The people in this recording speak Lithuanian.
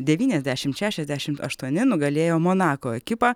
devyniasdešimt šešiasdešimt aštuoni nugalėjo monako ekipą